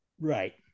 Right